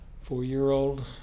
four-year-old